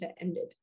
ended